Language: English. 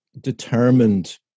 Determined